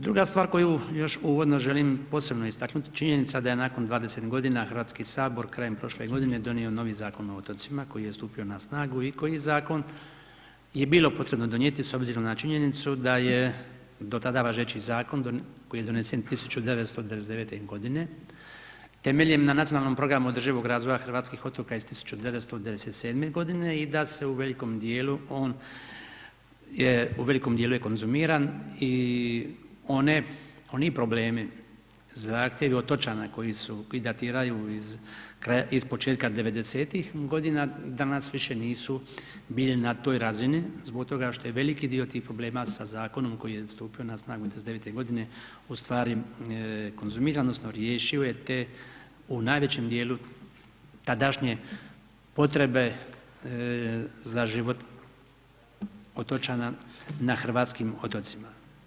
Druga stvar koju još uvodno želim posebno istaknut, činjenica da je nakon 20.g. HS krajem prošle godine donio novi Zakon o otocima koji je stupio na snagu i koji zakon je bilo potrebno donijeti s obzirom na činjenicu da je do tada važeći zakon koji je donesen 1999.g. temeljen na nacionalnom programu održivog razvoja hrvatskih otoka iz 1997.g. i da se u velikom dijelu on je, u velikom je konzumiran i oni problemi, zahtjevi otočana koji su, i datiraju iz početka 90.-tih godina, danas više nisu bili na toj razini zbog toga što je veliki dio tih problema sa zakonom koji je stupio na snagu 99.g. ustvari konzumiran odnosno riješio je te, u najvećem dijelu tadašnje potrebe za život otočana na hrvatskim otocima.